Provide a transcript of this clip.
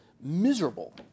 miserable